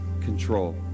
Control